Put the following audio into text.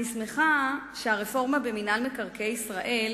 אני שמחה שהרפורמה במינהל מקרקעי ישראל,